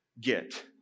get